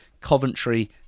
Coventry